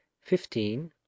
fifteen